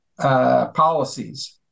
policies